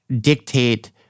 dictate